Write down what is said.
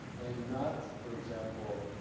and not, for example,